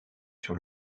sur